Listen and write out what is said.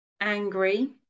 Angry